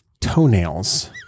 toenails